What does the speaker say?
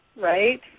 right